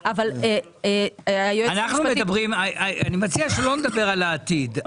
אבל --- אני מציע שלא נדבר על העתיד,